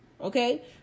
Okay